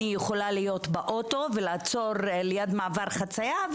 אני יכולה להיות באוטו ולעצור ליד מעבר חציה,